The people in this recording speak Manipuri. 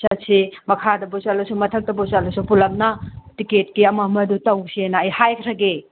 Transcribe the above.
ꯆꯠꯁꯤ ꯃꯈꯥꯗꯕꯨ ꯆꯠꯂꯁꯨ ꯃꯊꯛꯇꯕꯨ ꯆꯠꯂꯁꯨ ꯄꯨꯂꯞꯅ ꯇꯤꯀꯦꯠꯀꯤ ꯑꯃ ꯑꯃꯗꯨ ꯇꯧꯁꯦꯅ ꯑꯩ ꯍꯥꯏꯈ꯭ꯔꯒꯦ